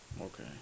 Okay